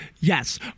yes